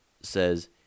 says